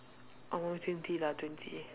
hour twenty lah twenty